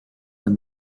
when